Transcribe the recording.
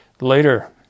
later